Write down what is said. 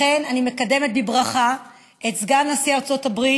לכן אני מקדמת בברכה את סגן נשיא ארצות הברית,